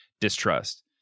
distrust